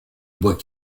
bois